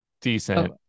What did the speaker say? decent